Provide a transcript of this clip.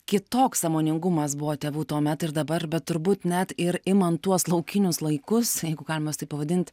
kitoks sąmoningumas buvo tėvų tuomet ir dabar bet turbūt net ir imant tuos laukinius laikus jeigu galim juos taip pavadint